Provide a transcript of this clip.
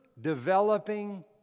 developing